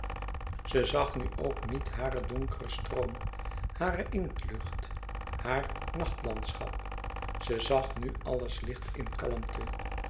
ze zag nu ook niet haren donkeren stroom hare inktlucht haar nachtlandschap ze zag nu alles licht in kalmte